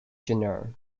genre